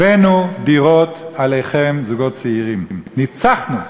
הבאנו דירות עליכם, זוגות צעירים, ניצחנו.